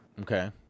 Okay